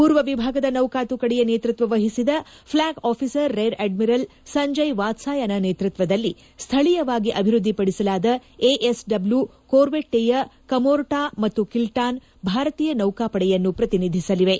ಪೂರ್ವ ವಿಭಾಗದ ನೌಕಾ ತುಕಡಿಯ ನೇತೃತ್ವ ವಹಿಸಿದ flag officer rear admiral Sanjay Vatsayana ನೇತೃತ್ವದಲ್ಲಿ ಸ್ಠಳೀಯವಾಗಿ ಅಭಿವೃದ್ದಿಪದಿಸಲಾದ ಎಎಸ್ಡಬ್ಲೂ ಕೊರ್ವೆಟ್ಚೆಯ ಕಮೋರ್ಟಾ ಮತ್ತು ಕಿಲ್ಡಾನ್ ಭಾರತೀಯ ನೌಕಾಪಡೆಯನ್ನು ಪ್ರತಿನಿಧಿಸಲಿವೆ